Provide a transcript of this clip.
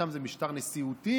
שם זה משטר נשיאותי,